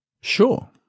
sure